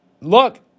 Look